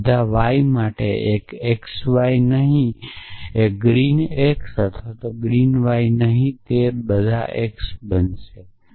આ બધા y માટે એક xy નહીં ગ્રીન x અથવા ગ્રીન y નહીં બધા x માટે બનશે